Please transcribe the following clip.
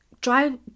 Drive